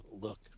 look